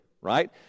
right